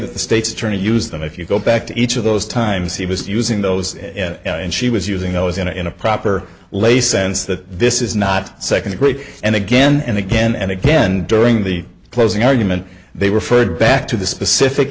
that the state's attorney use them if you go back to each of those times he was using those and she was using those in a in a proper lay sense that this is not second degree and again and again and again during the closing argument they referred back to the specific